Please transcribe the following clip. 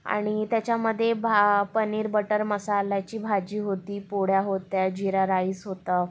आणि त्याच्यामध्ये भा पनीर बटर मसाल्याची भाजी होती पोळ्या होत्या जीरा राईस होतं